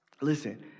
Listen